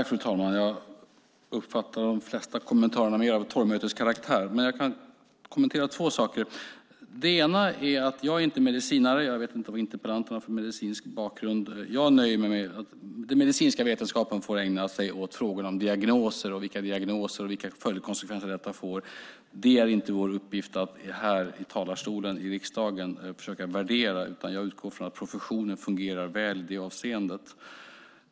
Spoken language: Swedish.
Fru talman! Jag uppfattar de flesta kommentarerna som mer av torgmöteskaraktär. Men jag kan kommentera två saker. Den ena är att jag inte är medicinare. Jag vet inte vad interpellanten har för medicinsk bakgrund, men jag nöjer mig med att den medicinska vetenskapen får ägna sig åt frågor om diagnoser och om vilka följdkonsekvenser detta får. Det är inte vår uppgift att här i talarstolen i riksdagen försöka värdera detta, utan jag utgår från att professionen fungerar väl i det avseendet.